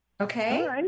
Okay